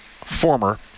former